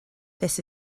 this